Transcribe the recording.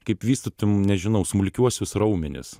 kaip vystytum nežinau smulkiuosius raumenis